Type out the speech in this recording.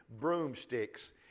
Broomsticks